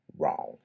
wrong